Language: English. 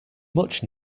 much